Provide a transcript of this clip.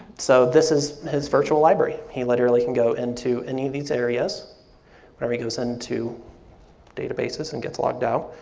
so this is his virtual library. he literally can go into any of these areas or he goes into data bases and gets logged out,